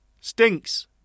Stinks